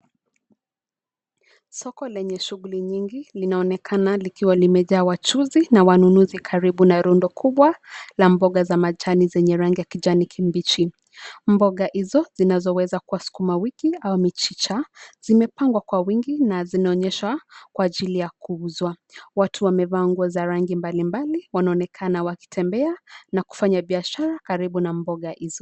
Soko lenye shughuli nyingi, linaonekana likiwa limejaa wachuuzi na wanunuzi, karibu na rundo kubwa la mboga za majani zenye rangi ya kijani kibichi. Mboga hizo zinazoweza kuwa sukuma wiki au mchicha zimepangwa kwa wingi na zinaonyeshwa kwa ajili ya kuuzwa. Watu wamevaa nguo za rangi mbalimbali; wanaonekana wakitembea na kufanya biashara karibu na mboga hizo.